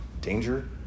danger